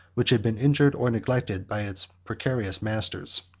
which had been injured, or neglected, by its precarious masters.